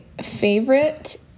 favorite